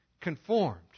conformed